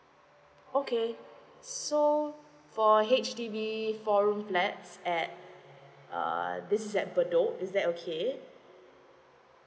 okay so for H_D_B four rooms flat at uh this is at bedok is that okay